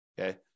okay